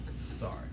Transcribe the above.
Sorry